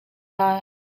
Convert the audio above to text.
lai